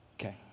Okay